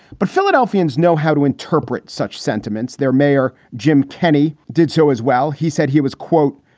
but philadelphians know how to interpret such sentiments. their mayor, jim kenney, did so as well. he said he was, quote,